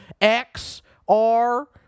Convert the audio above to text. X-R